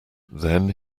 thus